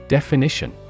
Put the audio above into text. Definition